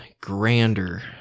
grander